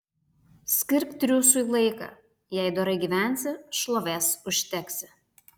skirk triūsui laiką jei dorai gyvensi šlovės užteksi